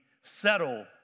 settle